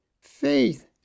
Faith